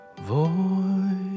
voice